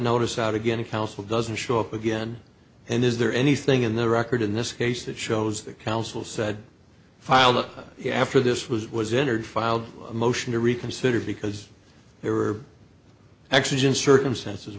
notice out again counsel doesn't show up again and is there anything in the record in this case that shows that counsel said file that after this was was injured filed a motion to reconsider because they were actually just circumstances